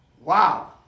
Wow